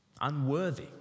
unworthy